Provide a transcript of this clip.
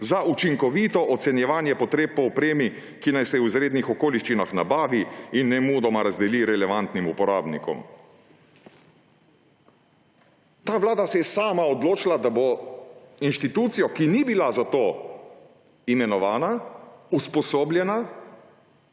za učinkovito ocenjevanje potreb po opremi, ki naj se v izrednih okoliščinah nabavi in nemudoma razdeli relevantnim uporabnikom.« Ta Vlada se je sama odločila, da bo inštitucijo, ki ni bila za to imenovana, usposobljena,